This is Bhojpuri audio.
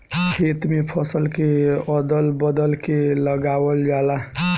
खेत में फसल के अदल बदल के लगावल जाला